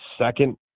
second